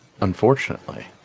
Unfortunately